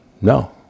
no